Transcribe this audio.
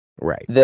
Right